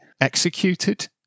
executed